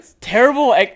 terrible